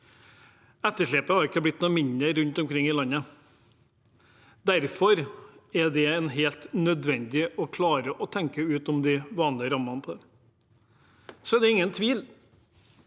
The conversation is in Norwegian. Etterslepet har ikke blitt noe mindre rundt om i landet. Derfor er det helt nødvendig å klare å tenke utenom de vanlige rammene. Det er det ingen tvil